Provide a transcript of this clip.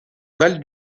val